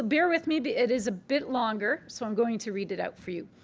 bear with me, but it is a big longer, so i'm going to read it out for you.